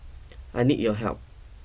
I need your help